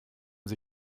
sie